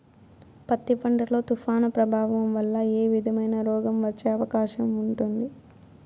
పత్తి పంట లో, తుఫాను ప్రభావం వల్ల ఏ విధమైన రోగం వచ్చే అవకాశం ఉంటుంది?